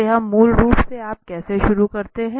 तो यह मूल रूप से आप कैसे शुरू करते हैं